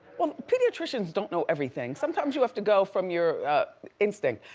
well pediatrician's don't know everything, sometimes you have to go from your instinct.